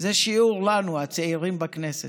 זה שיעור לנו, הצעירים בכנסת.